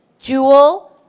Jewel